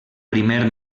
primer